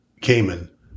Cayman